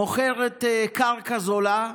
מוכרת קרקע זולה,